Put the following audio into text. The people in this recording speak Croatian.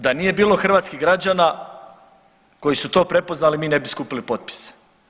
Da nije bilo hrvatskih građana koji su to prepoznali mi ne bi skupili potpise.